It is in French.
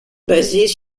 basées